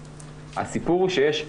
הסיפור הוא שיש,